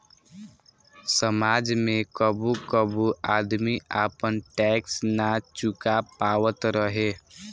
समाज में कबो कबो आदमी आपन टैक्स ना चूका पावत रहे